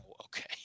okay